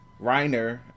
Reiner